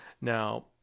Now